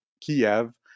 Kiev